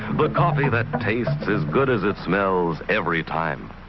but coffee that tastes as good as it smells every time.